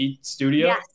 studio